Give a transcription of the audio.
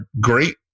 great